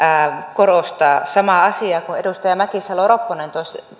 korostaa samaa asiaa kuin edustaja mäkisalo ropponen